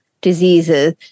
diseases